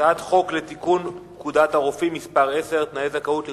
הצעת חוק לתיקון פקודת הרופאים (מס' 10) (תנאי זכאות לרשיון),